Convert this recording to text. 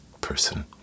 person